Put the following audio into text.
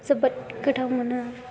जोबोद गोथाव मोनो